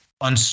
on